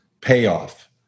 payoff